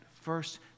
first